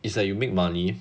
it's like you make money